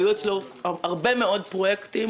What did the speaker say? היו אצלו הרבה מאוד פרויקטים.